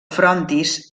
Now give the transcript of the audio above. frontis